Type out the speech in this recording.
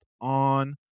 on